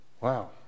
Wow